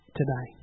today